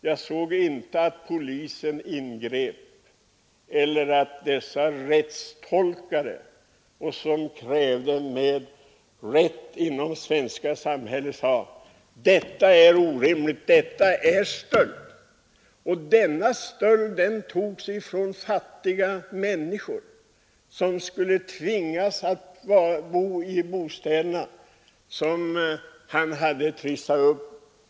Jag såg däremot inte att polisen ingrep eller att dessa rättstolkare, som kräver mer rätt inom det svenska samhället, sade: ”Detta är orimligt, detta är stöld.” Denna stöld drabbade fattiga människor som skulle tvingas att bo i dessa bostäder till upptrissade kostnader.